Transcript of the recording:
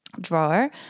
drawer